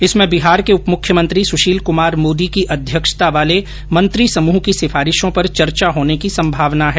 इसमें बिहार के उप मुख्यमंत्री सुशील कमार मोदी की अध्यक्षता वाले मंत्री समूह की सिफारिशों पर चर्चा होने की संमावना हैं